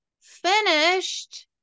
finished